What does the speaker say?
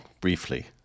briefly